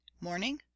morning